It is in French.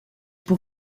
pour